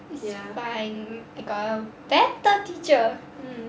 ya but I got a better teacher hmm